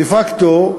דה פקטו,